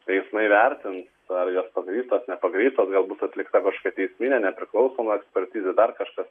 teismai vertins ar jos pagrįstos nepagrįstos gal bus atlikta kažkokia teisminė nepriklausoma ekspertizė dar kažkas